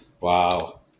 Wow